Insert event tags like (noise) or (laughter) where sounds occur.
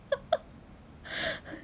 (laughs)